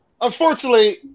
Unfortunately